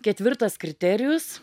ketvirtas kriterijus